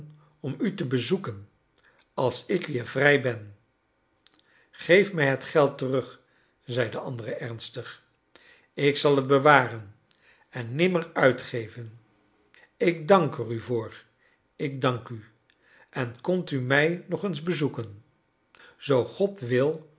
cm u te bezoeken als ik weer vrij ben geef mij het geld terug zei de andere ernstig ik zal het bewaren en nimmer uitgeven ik dank er u voor ik dank u en komt u mij nog eens bezoeken zoo god wil